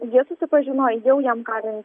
jie susipažino jau jam kalint